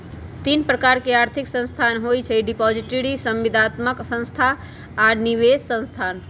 तीन प्रकार के आर्थिक संस्थान होइ छइ डिपॉजिटरी, संविदात्मक संस्था आऽ निवेश संस्थान